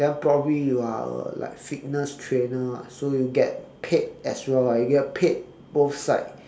then probably you are like fitness trainer [what] so you get paid as well [what] you get paid both side